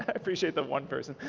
ah appreciate the one person.